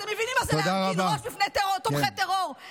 אתם מבינים מה זה להרכין ראש בפני תומכי טרור?